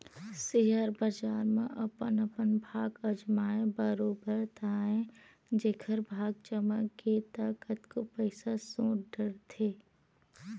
share बजार म अपन अपन भाग अजमाय बरोबर ताय जेखर भाग चमक गे ता कतको पइसा सोट डरथे